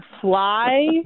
fly